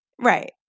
right